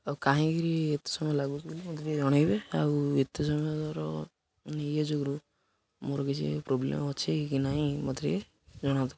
ଆଉ କାହିଁକି ଏତେ ସମୟ ଲାଗୁଛି ବୋଲି ମୋତେ ଟିକେ ଜଣେଇବେ ଆଉ ଏତେ ସମୟର ଇଏ ଯୋଗଁରୁ ମୋର କିଛି ପ୍ରୋବ୍ଲେମ ଅଛି କି ନାଇଁ ମୋତେ ଟିକେ ଜଣାନ୍ତୁ